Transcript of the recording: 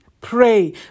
pray